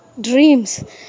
dreams